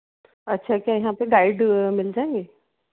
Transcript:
अच्छा क्या यहाँ पर गाइड मिल जाएँगे